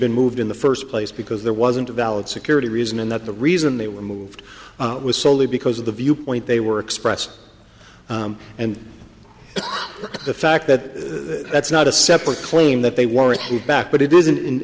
been moved in the first place because there wasn't a valid security reason and that the reason they were moved was soley because of the viewpoint they were expressed and the fact that that's not a separate claim that they weren't feedback but it is an